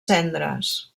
cendres